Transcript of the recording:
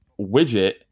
widget